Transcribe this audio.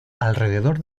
alrededor